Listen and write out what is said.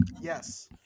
Yes